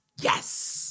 Yes